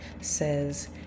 says